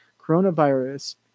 coronavirus